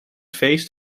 feest